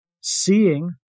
seeing